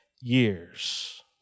years